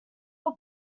were